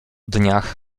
dniach